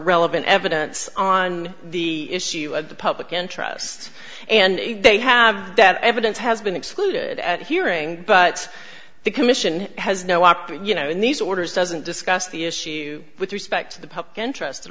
relevant evidence on the issue of the public interest and they have that evidence has been excluded at hearing but the commission has no walk through you know in these orders doesn't discuss the issue with respect to the public interest at